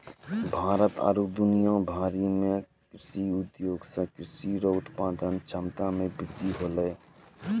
भारत आरु दुनिया भरि मे कृषि उद्योग से कृषि रो उत्पादन क्षमता मे वृद्धि होलै